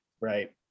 Right